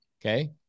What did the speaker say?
okay